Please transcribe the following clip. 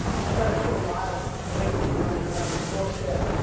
which led us to a lot of great stories about entrepreneurship,